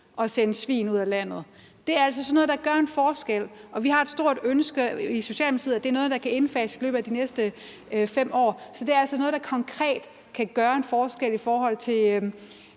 at sende svin ud af landet. Det er altså sådan noget, der gør en forskel, og vi har et stort ønske i Socialdemokratiet om, at det er noget, der kan indfases i løbet af de næste 5 år. Det er altså noget, der konkret kan gøre en forskel i forhold til